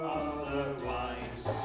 otherwise